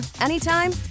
anytime